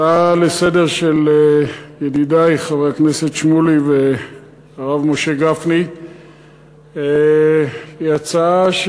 ההצעה לסדר של ידידי חברי הכנסת איציק שמולי והרב משה גפני היא הצעה,